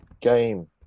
game